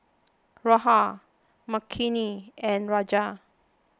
Rahul Makineni and Rajat